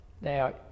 Now